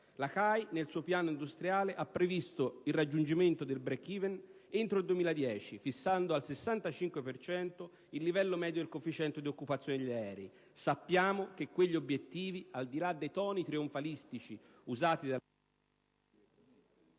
La CAI nel suo piano industriale ha previsto il raggiungimento del *break-even* entro il 2010, fissando al 65 per cento il livello medio del coefficiente di occupazione degli aerei. Sappiamo che quegli obiettivi, al di là dei toni trionfalistici usati...